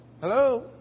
Hello